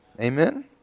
Amen